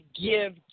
give